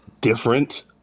different